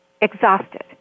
exhausted